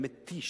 המתיש,